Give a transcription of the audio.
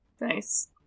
Nice